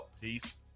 Peace